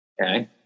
Okay